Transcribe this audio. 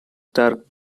dark